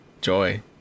joy